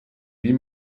wie